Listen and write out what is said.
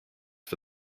for